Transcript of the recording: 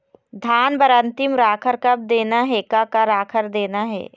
धान बर अन्तिम राखर कब देना हे, का का राखर देना हे?